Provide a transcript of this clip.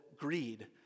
greed